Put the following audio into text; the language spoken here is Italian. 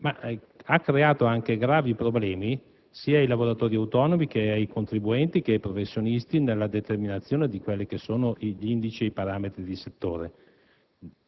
essa ha creato gravi problemi sia ai lavoratori autonomi sia ai contribuenti sia ai professionisti nella determinazione degli indici e dei parametri di settore.